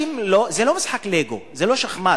זה לא משחק לגו, זה לא שחמט.